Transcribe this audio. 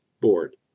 board